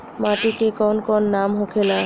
माटी के कौन कौन नाम होखेला?